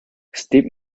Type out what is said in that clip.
steve